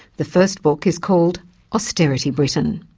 the first book is called austerity britain.